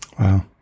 Wow